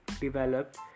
developed